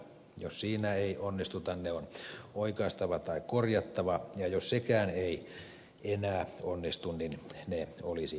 jos siinä ei onnistuta ne on oikaistava tai korjattava ja jos sekään ei enää onnistu niin ne olisi hyvitettävä